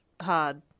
hard